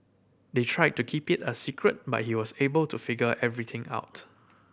they tried to keep it a secret but he was able to figure everything out